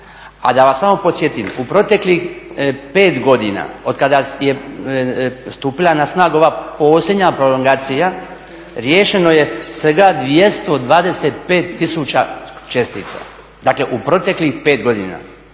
a da vas samo podsjetim u proteklih pet godina od kada je stupila na snagu ova posljednja prolongacija riješeno je svega 225 tisuća čestica, dakle u proteklih pet godina